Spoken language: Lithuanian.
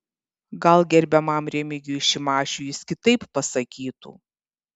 gal gerbiamam remigijui šimašiui jis kitaip pasakytų